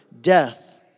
death